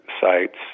sites